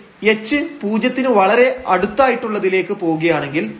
പക്ഷേ h പൂജ്യത്തിന് വളരെ അടുത്തായിട്ടുള്ളതിലേക്ക് പോവുകയാണെങ്കിൽ h0